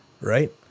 right